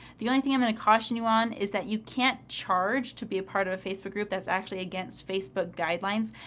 the only thing i'm going to caution you on is that you can't charge to be a part of a facebook group. that's actually against facebook guidelines.